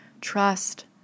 Trust